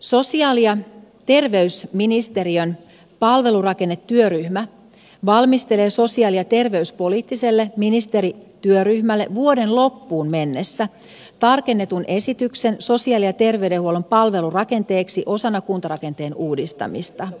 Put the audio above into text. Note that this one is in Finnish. sosiaali ja terveysministeriön palvelurakennetyöryhmä valmistelee sosiaali ja terveyspoliittiselle ministerityöryhmälle vuoden loppuun mennessä tarkennetun esityksen sosiaali ja terveydenhuollon palvelurakenteeksi osana kuntarakenteen uudistamista